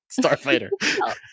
Starfighter